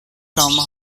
kalma